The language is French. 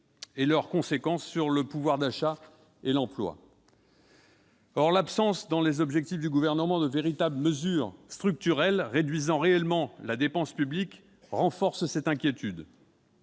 et leurs conséquences sur leur pouvoir d'achat et sur l'emploi. L'absence, dans les projets du Gouvernement, de véritables mesures structurelles permettant de réduire réellement la dépense publique renforce cette inquiétude.